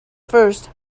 first